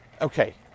okay